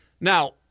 Now